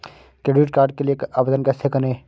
Credit card के लिए आवेदन कैसे करें?